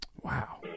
Wow